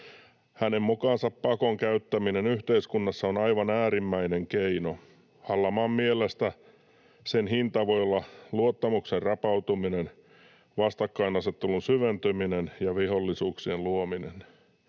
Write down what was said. Hänen mukaansa pakon käyttäminen yhteiskunnassa on aivan äärimmäinen keino. Hallamaan mielestä sen hinta voi olla luottamuksen rapautuminen, vastakkainasettelun syventyminen ja vihollisuuksien luominen.